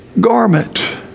garment